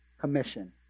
commission